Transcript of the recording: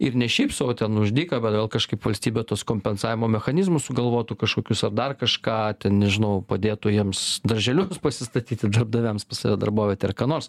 ir ne šiaip sau ten už dyką bet gal kažkaip valstybė tuos kompensavimo mechanizmus sugalvotų kažkokius ar dar kažką ten nežinau padėtų jiems darželius pasistatyti darbdaviams pas save darbovietėj ar ką nors